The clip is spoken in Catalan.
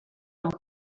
amb